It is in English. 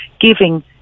giving